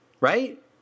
right